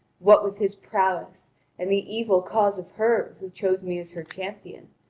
what with his prowess and the evil cause of her who chose me as her champion.